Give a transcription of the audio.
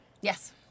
Yes